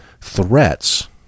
threats